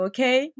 Okay